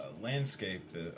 landscape